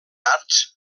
arts